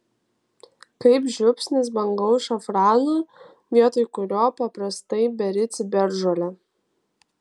kaip žiupsnis brangaus šafrano vietoj kurio paprastai beri ciberžolę